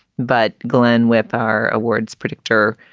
but glenn, with our awards predictor,